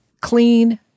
clean